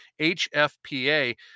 HFPA